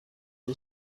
who